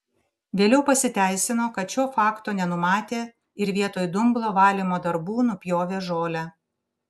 vėliau pasiteisino kad šio fakto nenumatė ir vietoj dumblo valymo darbų nupjovė žolę